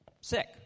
sick